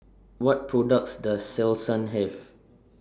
What products Does Selsun Have